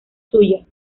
suya